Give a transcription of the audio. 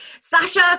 Sasha